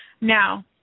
Now